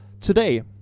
today